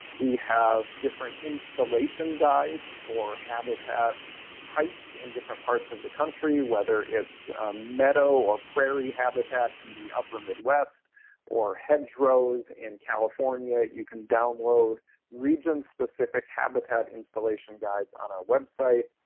we have different installation guides for habitat types in different parts of the country, whether it's a meadow or prairie habitat in the upper midwest or hedgerows in california. you can download region-specific habitat installation guides on our website.